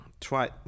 try